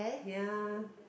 ya